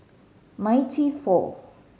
ninety fourth